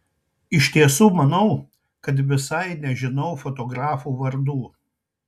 iš tiesų manau kad visai nežinau fotografų vardų